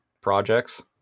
projects